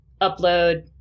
upload